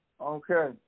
Okay